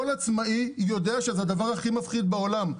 כל עצמאי יודע שזה הדבר הכי מפחיד בעולם.